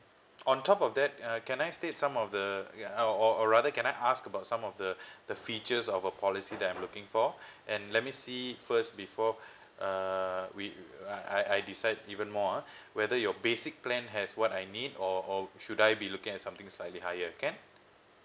on top of that uh can I state some of the or or or rather can I ask about some of the the features of a policy that I'm looking for and let me see it first before uh we I I decide even more ah whether your basic plan has what I need or or should I be look at something slightly higher can